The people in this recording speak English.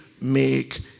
make